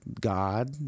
God